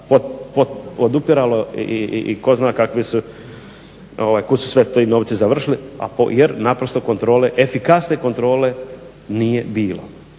podupiralo i ko zna kuda su svi ti novci završili jer kontrole efikasne kontrole nije bilo.